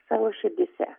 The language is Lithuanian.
savo širdyse